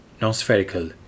non-spherical